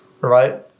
right